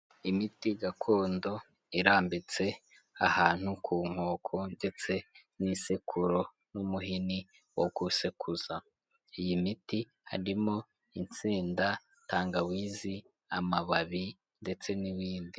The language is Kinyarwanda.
Imiti gakondo irambitse ahantu ku nkoko ndetse n'isekuru n'umuhini wo gusekuza iyi miti , harimo insenda , tangawizi ,amababi ndetse n'ibindi.